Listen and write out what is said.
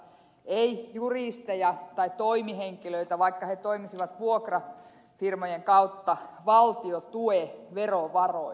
ei juristeja tai toimihenkilöitä vaikka he toimisivat vuokrafirmojen kautta valtio tue verovaroin